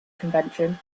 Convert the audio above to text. convention